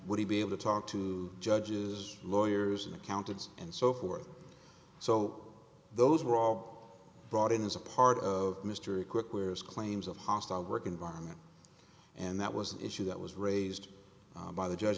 would he be able to talk to judges lawyers and accountants and so forth so those were all brought in as a part of mystery quick where is claims of hostile work environment and that was an issue that was raised by the judge